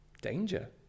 danger